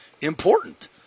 important